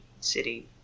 city